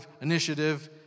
initiative